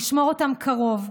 לשמור אותם קרוב,